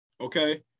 Okay